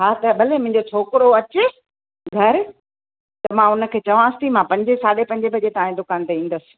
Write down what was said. हा त भले मुंहिंजो छोकरो अचे घर त मां उन खे चवांसि थी मां पंजे साढे पंजे बजे तव्हां जी दुकान ते ईंदसि